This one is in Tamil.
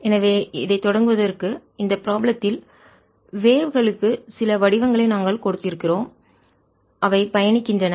எனவே இதை தொடங்குவதற்கு இந்த ப்ராப்ளம் த்தில் வேவ் அலை களுக்கு சில வடிவங்களை நாங்கள் கொடுத்திருந்தோம் அவை பயணிக்கின்றன